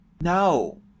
No